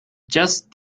just